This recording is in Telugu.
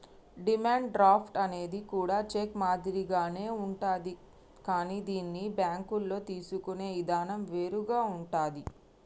డిమాండ్ డ్రాఫ్ట్ అనేది కూడా చెక్ మాదిరిగానే ఉంటాది కానీ దీన్ని బ్యేంకుల్లో తీసుకునే ఇదానం వేరుగా ఉంటాది